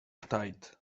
tight